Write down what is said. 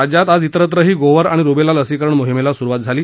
राज्यात त्तिरत्रही गोवर आणि रुबेला लसीकरण मोहिमेला आज सुरूवात झाली